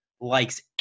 likes